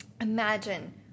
imagine